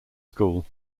school